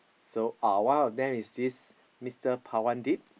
so uh one of them is this mister Pawandit